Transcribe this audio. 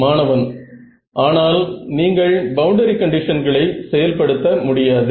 மாணவன் ஆனால் நீங்கள் பவுண்டரி கண்டிஷன்களை செயல் படுத்த முடியாது